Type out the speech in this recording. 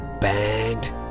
banged